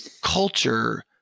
culture